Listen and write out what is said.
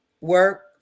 Work